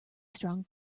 strong